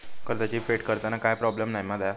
कर्जाची फेड करताना काय प्रोब्लेम नाय मा जा?